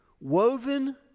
woven